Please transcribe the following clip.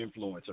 influencer